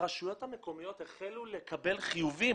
הרשויות המקומיות החלו לקבל חיובים